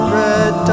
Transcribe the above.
red